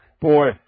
Boy